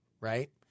Right